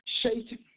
shaking